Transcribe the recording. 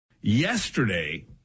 Yesterday